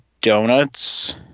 donuts